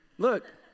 Look